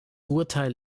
urteil